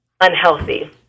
unhealthy